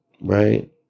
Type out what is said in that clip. right